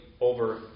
over